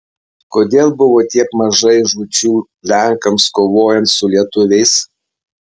kodėl buvo tiek mažai žūčių lenkams kovojant su lietuviais